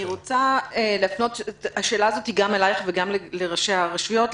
אני רוצה להפנות שאלה גם אל טליה לנקרי וגם אל ראשי הרשויות.